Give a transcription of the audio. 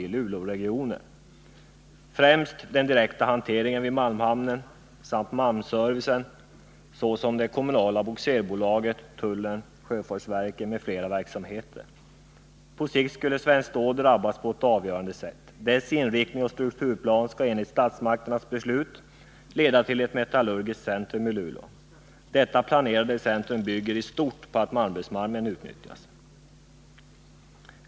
Det gäller främst den direkta hanteringen vid malmhamnen och hamnservicen och därmed det kommunala bogserbolaget, tullen, sjöfartsverket m.fl. verksamheter. På sikt skulle Svenskt Stål drabbas på ett avgörande sätt. Dess inriktning och strukturplan skall enligt statsmakternas beslut leda till att det upprättas ett metallurgiskt centrum i Luleå. Detta planerade centrum bygger i stort på att Malmbergsmalmen utnyttjas.